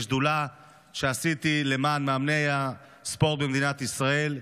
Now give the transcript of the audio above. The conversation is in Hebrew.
בשדולה שעשיתי למען מאמני הספורט במדינת ישראל.